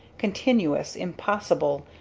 continuous, impossible,